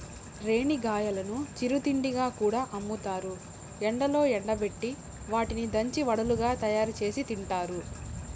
రేణిగాయాలను చిరు తిండిగా కూడా అమ్ముతారు, ఎండలో ఎండబెట్టి వాటిని దంచి వడలుగా తయారుచేసి తింటారు